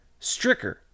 Stricker